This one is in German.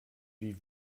wie